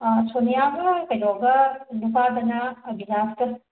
ꯁꯣꯅꯤꯌꯥꯒ ꯀꯩꯅꯣꯒ ꯅꯨꯄꯥꯗꯅ ꯑꯚꯤꯅꯥꯁꯀ